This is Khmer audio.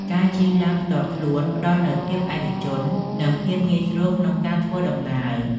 ការជិះឡានផ្ទាល់ខ្លួនផ្តល់នូវភាពឯកជន និងភាពងាយស្រួលក្នុងការធ្វើដំណើរ។